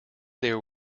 there